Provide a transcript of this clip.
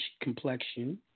complexion